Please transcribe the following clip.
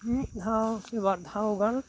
ᱢᱤᱫ ᱫᱷᱟᱣ ᱠᱤ ᱵᱟᱨ ᱫᱷᱟᱣ ᱜᱟᱱ